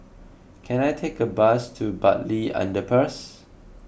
can I take a bus to Bartley Underpass